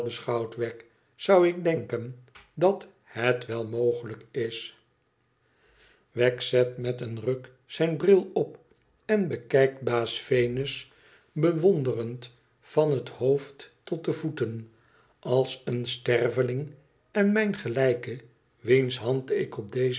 wegg zou ik denken dat het wel mogelijk is wegg zet met een ruk zijn bril op en bekijkt baas vennus bewonderend van het hoofd tot de voeten als een sterveling en mijn gelijke wiens hand ik op dezen